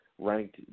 ranked